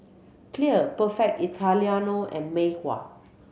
Clear Perfect Italiano and Mei Hua